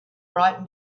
bright